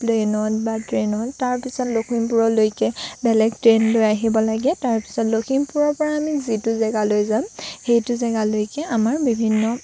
প্লেনত বা ট্ৰেইনত তাৰপিছত লখিমপুৰলৈকে বেলেগ ট্ৰেইন লৈ আহিব লাগে তাৰপিছত লখিমপুৰৰ পৰা আমি যিটো জেগালৈ যাম সেইটো জেগালৈকে আমাৰ বিভিন্ন